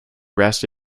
rest